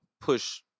push